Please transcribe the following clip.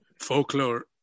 folklore